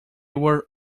were